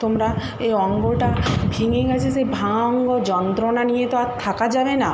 তোমরা এই অঙ্গটা ভেঙে গেছে সেই ভাঙ্গা অঙ্গ যন্ত্রণা নিয়ে তো আর থাকা যাবে না